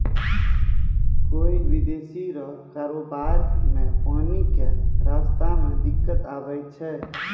कोय विदेशी रो कारोबार मे पानी के रास्ता मे दिक्कत आवै छै